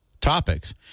topics